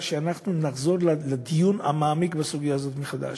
שאנחנו נחזור לדון ולהעמיק בסוגיה הזאת מחדש